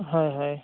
হয় হয়